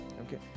okay